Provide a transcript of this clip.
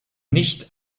nicht